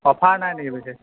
offer নাই নেকি বিশেষ